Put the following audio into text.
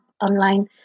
online